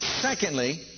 Secondly